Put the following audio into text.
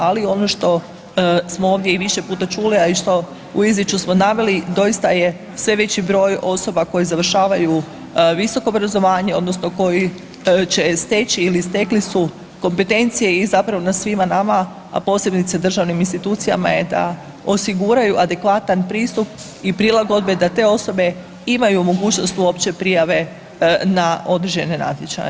Ali ono što smo ovdje i više puta čuli, ali što i u izvješću smo naveli doista je sve veći broj osoba koje završavaju visoko obrazovanje odnosno koji će steći ili stekli su kompetencije i zapravo na svima nama, a posebice državnim institucijama je da osiguraju adekvatan pristup i prilagodbe da te osobe imaju mogućnost uopće prijave na određene natječaje.